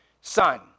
son